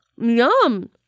Yum